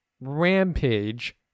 rampage